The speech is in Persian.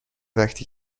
وقتی